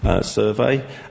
Survey